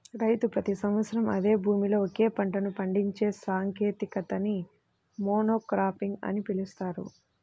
రైతు ప్రతి సంవత్సరం అదే భూమిలో ఒకే పంటను పండించే సాంకేతికతని మోనోక్రాపింగ్ అని పిలుస్తారు